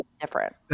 different